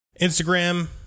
Instagram